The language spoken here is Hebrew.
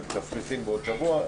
ובקפריסין בעוד שבוע.